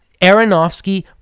aronofsky